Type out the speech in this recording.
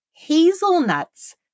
Hazelnuts